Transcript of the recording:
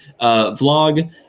Vlog